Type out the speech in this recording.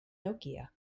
nokia